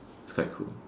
is quite cool